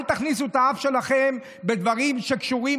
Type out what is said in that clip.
אל תכניסו את האף שלכם בדברים שקשורים